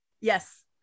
Yes